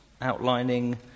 outlining